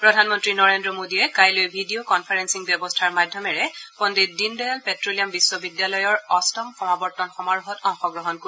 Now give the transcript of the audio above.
প্ৰধানমন্ত্ৰী নৰেন্দ্ৰ মোদীয়ে কাইলৈ ভিডিঅ কনফাৰেলিং ব্যৱস্থাৰ মাধ্যমেৰে পণ্ডিত দীনদয়াল পেট্ট'লিয়াম বিশ্ববিদ্যালয়ৰ অষ্টম সমাৱৰ্তন সমাৰোহত অংশগ্ৰহণ কৰিব